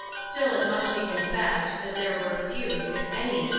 still, it must be confessed that there were few, if any,